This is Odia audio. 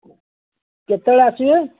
କେତେବେଳେ ଆସିବେ